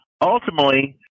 ultimately